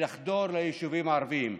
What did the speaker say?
ולחדור ליישובים הערביים.